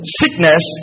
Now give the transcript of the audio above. sickness